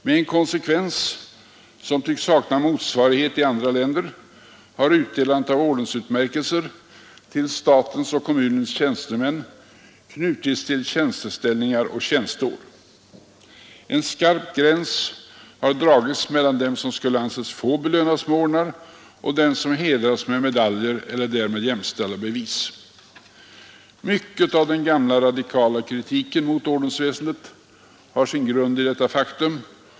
Med en konsekvens som tycks sakna motsvarighet i andra länder har utdelandet av ordensutmärkelser till statens och kommunens tjänstemän knutits till tjänsteställning och tjänsteår. En skarp gräns har dragits mellan dem som skulle anses få belönas med ordnar och dem som hedrades med medaljer eller därmed jämställda bevis. Mycket av den gamla radikala kritiken mot ordensväsendet har sin grund i detta faktum.